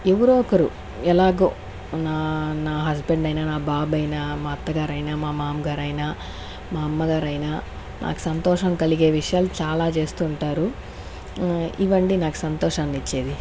ఎవరో ఒకరు ఎలాగో నా నా హస్బెండ్ అయినా నా బాబైనా మా అత్త గారైనా మా మామగారైనా మా అమ్మగారైనా నాకు సంతోషం కలిగే విషయాలు చాలా చేస్తుంటారు ఇవండీ నాకు సంతోషాన్నిచ్చేది